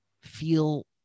feel